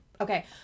Okay